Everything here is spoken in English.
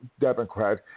Democrat